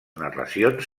narracions